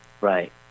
Right